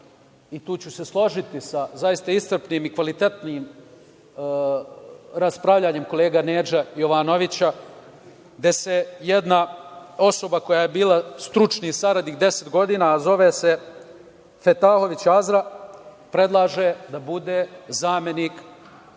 i tu ću se složiti sa iscrpljenim i kvalitetnim raspravljanjem kolege Neđe Jovanovića, gde se jedna osoba koja je bila stručni saradnik 10 godina, a zove se Fetahović Azra, predlaže da bude zamenik javnog